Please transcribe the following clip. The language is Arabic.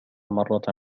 مرة